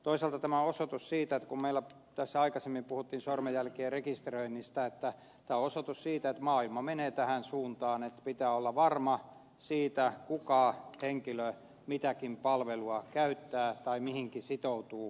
toisaalta tämä on osoitus siitä että kun meillä tässä aikaisemmin puhuttiin sormenjälkien rekisteröinnistä niin maailma menee tähän suuntaan että pitää olla varma siitä kuka henkilö mitäkin palvelua käyttää tai mihinkin sitoutuu